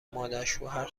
مادرشوهر